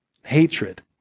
hatred